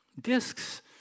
discs